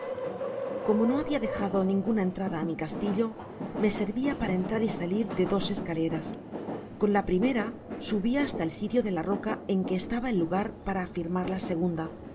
como no habia dejado ninguna estrada á mi castillo me servia para entrar y salir de dos escaleras con la primera subia hasta el sitio de la roca en que estaba el lugar para afirmar la segunda